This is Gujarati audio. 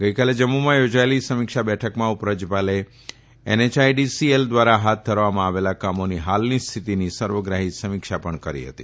ગઇકાલે જમ્મુમાં યોજાયેલી સમીક્ષા બેઠકમાં ઉપરાજયપાલે એનએચઆઇડીસીએલ ધ્વારા હાથ ધરવામાં આવેલા કામોની હાલની સ્થિતિની સર્વગ્રાહી સમીક્ષા પણ કરી હતી